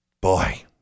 Boy